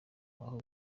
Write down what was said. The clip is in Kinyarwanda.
uko